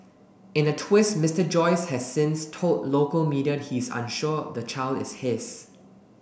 in a twist Mister Joyce has since told local media he is unsure the child is his